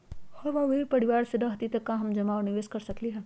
हम अमीर परिवार से न हती त का हम जमा और निवेस कर सकली ह?